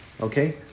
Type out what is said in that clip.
okay